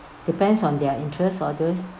depends on their interest for those